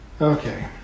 Okay